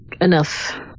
enough